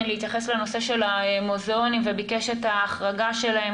להתייחס לנושא של המוזיאונים וביקש את ההחרגה שלהם,